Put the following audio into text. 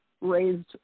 raised